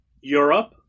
Europe